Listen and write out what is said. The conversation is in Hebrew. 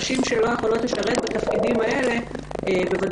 נשים שלא יכולות לשרת בתפקידים האלה בוודאי